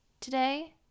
today